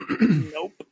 Nope